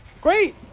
Great